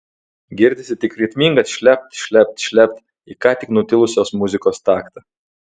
girdisi tik ritmingas šlept šlept šlept į ką tik nutilusios muzikos taktą